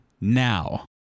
now